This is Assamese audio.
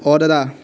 অঁ দাদা